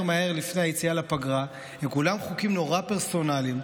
מהר לפני היציאה לפגרה הם כולם חוקים נורא פרסונליים,